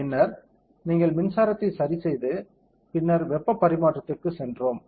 பின்னர் நீங்கள் மின்சாரத்தை சரிசெய்து பின்னர் வெப்ப பரிமாற்றத்திற்கு சென்றோம்